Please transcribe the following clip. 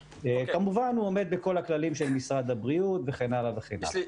כמובן הוא עומד בכל הכללים של משרד הבריאות וכן הלאה וכן הלאה.